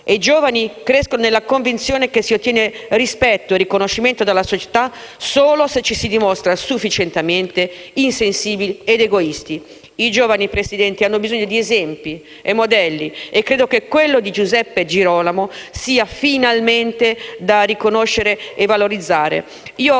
i giovani crescono nella convenzione che si ottenga rispetto e riconoscimento dalla società solo se ci si dimostra sufficientemente insensibili ed egoisti. I giovani, Presidente, hanno bisogno di esempi e modelli e credo che quello di Giuseppe Girolamo sia finalmente da riconoscere e valorizzare.